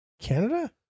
Canada